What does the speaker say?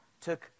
took